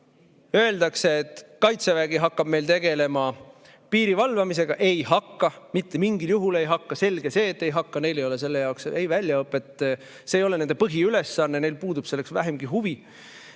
ära, öeldakse, et Kaitsevägi hakkab meil tegelema piiri valvamisega. Ei hakka! Mitte mingil juhul ei hakka! Selge see, et ei hakka – neil ei ole selle jaoks väljaõpet, see ei ole nende põhiülesanne, neil puudub selleks vähimgi huvi.